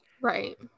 Right